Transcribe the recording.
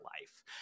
life